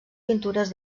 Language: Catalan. pintures